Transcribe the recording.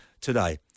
today